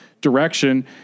direction